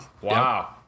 Wow